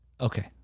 okay